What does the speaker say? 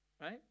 Right